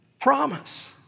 promise